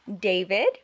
David